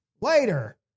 later